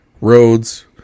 Roads